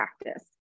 practice